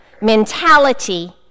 mentality